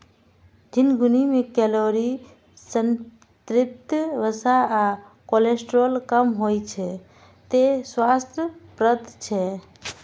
झिंगुनी मे कैलोरी, संतृप्त वसा आ कोलेस्ट्रॉल कम होइ छै, तें स्वास्थ्यप्रद छै